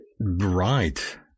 Right